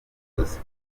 mukozi